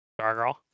Stargirl